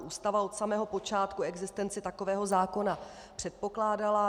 Ústava od samého počátku existenci takového zákona předpokládala.